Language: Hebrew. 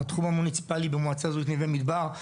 מהתחום המוניציפאלי במועצה אזורית נווה מדבר,